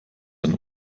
ein